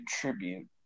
tribute